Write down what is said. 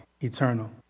eternal